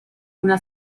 una